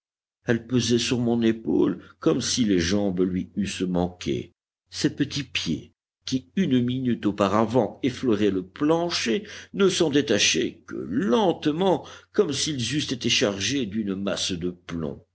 elle pesait sur mon épaule comme si les jambes lui eussent manqué ses petits pieds qui une minute auparavant effleuraient le plancher ne s'en détachaient que lentement comme s'ils eussent été chargés d'une masse de plomb